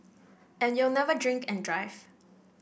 and you'll never drink and drive